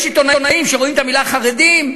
יש עיתונאים שרואים את המילה חרדים,